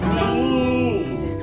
need